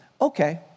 okay